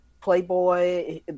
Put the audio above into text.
playboy